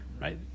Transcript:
right